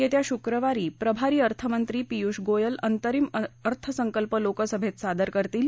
येत्या शुक्रवारी प्रभारी अर्थमंत्री पीयूष गोयल अंतरिम अर्थसंकल्प लोकसभेत सादर करतील